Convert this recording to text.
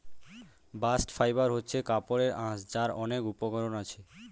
bast fibre হচ্ছে কাপড়ের আঁশ যার অনেক উপকরণ আছে